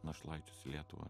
našlaičius į lietuvą